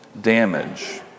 damage